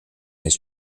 his